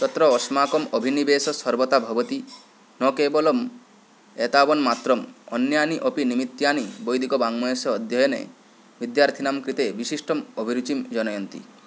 तत्र अस्माकम् अभिनिवेषः सर्वथा भवति न केवलम् एतावन्मात्रम् अन्यानि अपि निमित्तानि वैदिकवाङ्ग्मयस्स अध्ययने विद्यार्थीनां कृते विशिष्टम् अभिरुचिं जनयन्ति